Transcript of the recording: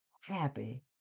Happy